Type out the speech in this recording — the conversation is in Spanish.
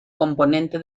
componente